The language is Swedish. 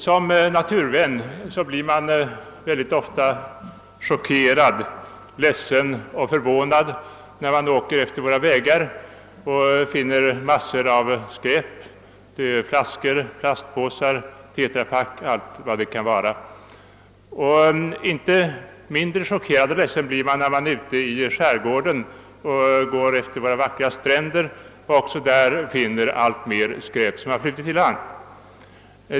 Som naturvän blir man mycket ofta chockerad, ledsen och förvånad när man utefter våra vägar finner massor av skräp, flaskor, plastpåsar, tetrapak och allt vad det kan vara. Inte mindre chockerad och ledsen blir man när man ute i skärgården går efter våra vackra stränder och också där finner allt mer skräp som flutit i land.